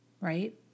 Right